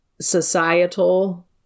societal